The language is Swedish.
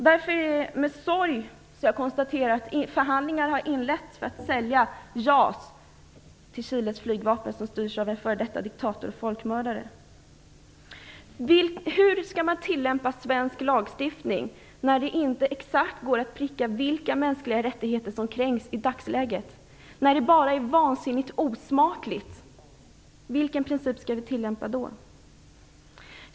Det är därför med sorg som jag konstaterar att förhandlingar har inletts för att sälja JAS till flygvapnet i Chile - ett flygvapen som alltså styrs av en f.d. Hur skall man tillämpa svensk lag, när det inte går att säga exakt vilka mänskliga rättigheter som kränks, utan när det bara är vansinnigt osmakligt? Vilka principer skall vi tillämpa då?